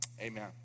amen